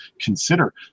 consider